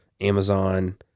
Amazon